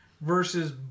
Versus